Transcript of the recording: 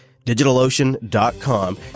DigitalOcean.com